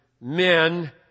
men